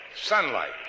sunlight